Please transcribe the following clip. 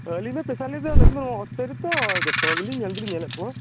ᱟᱞᱤᱧ ᱫᱚ ᱥᱯᱮᱥᱟᱞᱤ ᱫᱚ ᱱᱚᱣᱟ ᱦᱳᱥᱯᱤᱴᱟᱞ ᱨᱮᱛᱚ ᱡᱚᱛᱚᱜᱮᱞᱤᱧ ᱧᱮᱞ ᱫᱚᱞᱤᱧ ᱧᱮᱞᱮᱫ ᱠᱚᱣᱟ